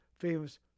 famous